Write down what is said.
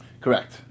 correct